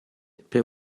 per